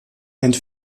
and